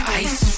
ice